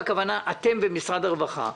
הכוונה אתם במשרד הרווחה,